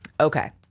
Okay